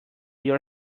your